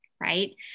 right